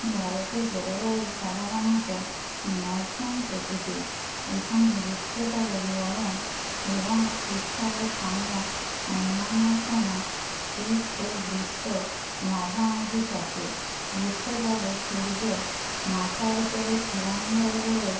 ভারতের জলবায়ু সাধারণত মৌসুম প্রকৃতির এইখানে গ্রীষ্মকালে গরম এবং শীতকালে ঠান্ডা অন্যান্য সময় শীত ও গ্রীষ্ম মাঝামাঝি থাকে গ্রীষ্মকালে সূর্য মাথার উপরে কিরণ দেয় বলে